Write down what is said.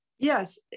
Yes